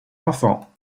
enfants